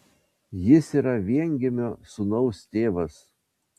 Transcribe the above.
jis yra viengimio sūnaus tėvas